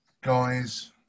guys